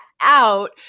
out